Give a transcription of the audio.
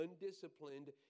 undisciplined